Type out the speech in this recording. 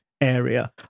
area